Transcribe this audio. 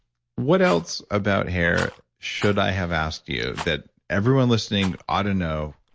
what else about hair should i have asked you that everyone listening ought to know.